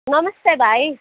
नमस्ते भाइ